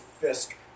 Fisk